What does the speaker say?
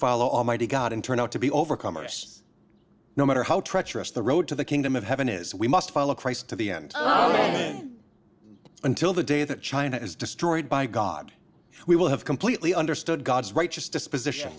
follow almighty god and turn out to be overcomers no matter how treacherous the road to the kingdom of heaven is we must follow christ to the end then until the day that china is destroyed by god we will have completely understood god's righteous disposition